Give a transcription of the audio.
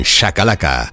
Shakalaka